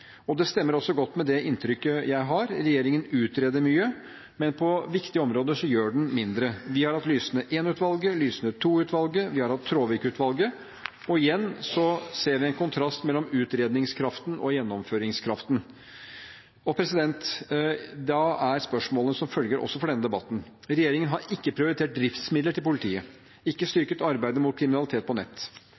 og det stemmer også godt med det inntrykket jeg har. Regjeringen utreder mye, men på viktige områder gjør den mindre. Vi har hatt Lysne I-utvalget, Lysne II-utvalget, vi har hatt Traavik-utvalget, og igjen ser vi en kontrast mellom utredningskraften og gjennomføringskraften. Da er spørsmålet som følger, også for denne debatten: Regjeringen har ikke prioritert driftsmidler til politiet, ikke styrket arbeidet mot kriminalitet på nett.